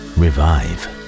revive